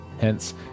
Hence